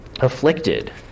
afflicted